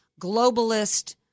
globalist